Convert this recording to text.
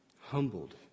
humbled